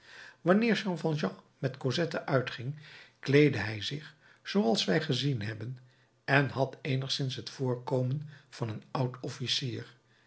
wanneer jean valjean met cosette uitging kleedde hij zich zooals wij gezien hebben en had eenigszins het voorkomen van een oud officier